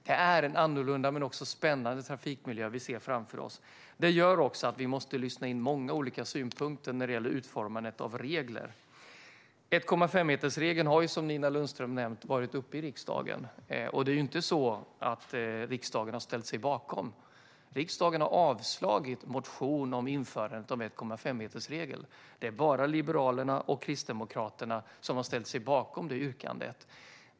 Det är en annorlunda men också spännande trafikmiljö vi ser framför oss. Det gör att vi måste lyssna in många olika synpunkter vid utformandet av regler. 1,5-metersregeln har, som Nina Lundström nämnt, tagits upp i riksdagen. Det är inte så att riksdagen har ställt sig bakom förslaget. Riksdagen har avslagit en motion om införandet av en 1,5-metersregel. Det är bara Liberalerna och Kristdemokraterna som har ställt sig bakom det yrkandet.